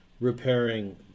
repairing